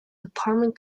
department